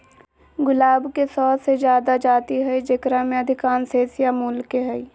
गुलाब के सो से जादा जाति हइ जेकरा में अधिकांश एशियाई मूल के हइ